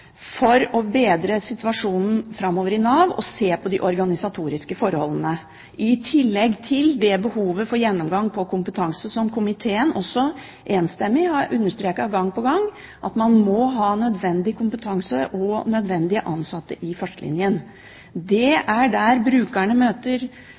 for å bedre situasjonen i Nav framover, og at hun vil se på de organisatoriske forholdene, i tillegg til behovet for en gjennomgang av kompetanse, som komiteen enstemmig har understreket gang på gang. Man må ha nødvendig kompetanse og nødvendige ansatte i førstelinjen. Det er